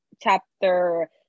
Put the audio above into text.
chapter